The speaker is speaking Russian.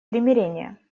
примирения